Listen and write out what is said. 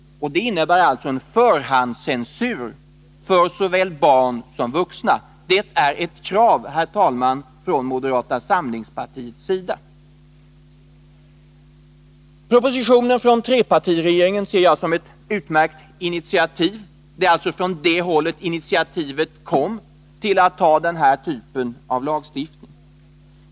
Det innebär alltså en förhandscensur för såväl barn som vuxna. Det är ett krav från moderata samlingspartiet. Propositionen från trepartiregeringen ser jag som ett utmärkt initiativ. Det är således från det hållet som initiativet till en lagstiftning av detta slag kom.